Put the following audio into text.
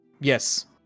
Yes